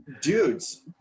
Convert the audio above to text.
Dudes